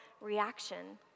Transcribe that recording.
reaction